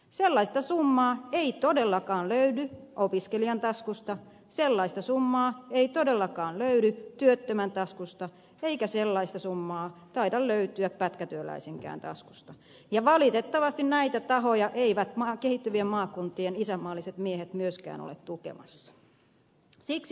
sellaista summaa ei todellakaan löydy opiskelijan taskusta sellaista summaa ei todellakaan löydy työttömän taskusta eikä sellaista summaa taida löytyä pätkätyöläisenkään taskusta ja valitettavasti näitä tahoja eivät kehittyvien maakuntien isänmaalliset miehet myöskään ole tukemassa